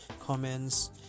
comments